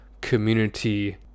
community